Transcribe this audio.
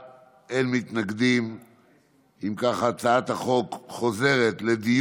ההצעה להעביר את הצעת חוק תגמולים לאסירי